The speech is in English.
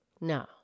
No